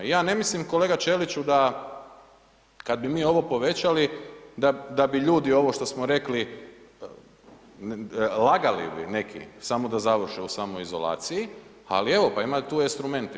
I ja ne mislim kolega Ćeliću da kad bi ono povećali da bi ljudi ovo što smo rekli, lagali bi neki samo da završe u samoizolaciji, ali evo pa ima tu instrumenti.